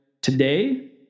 today